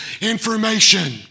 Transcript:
information